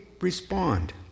respond